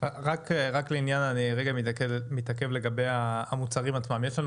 מתעכב רגע לגבי המוצרים עצמם: יש לנו